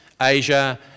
Asia